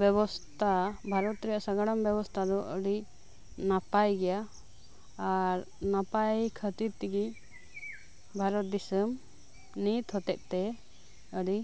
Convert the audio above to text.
ᱵᱮᱵᱚᱥᱛᱷᱟ ᱵᱷᱟᱨᱚᱛ ᱨᱟᱭᱟᱜ ᱥᱟᱜᱟᱲᱚᱢ ᱵᱮᱵᱚᱥᱛᱟ ᱫᱚ ᱟᱹᱰᱤ ᱱᱟᱯᱟᱭ ᱜᱮᱭᱟ ᱟᱨ ᱱᱟᱯᱟᱭ ᱠᱷᱟᱹᱛᱤᱨ ᱛᱮᱜᱮ ᱵᱷᱟᱨᱚᱛ ᱫᱤᱥᱚᱢ ᱱᱤᱛ ᱦᱚᱛᱮᱛᱮ ᱟᱹᱰᱤ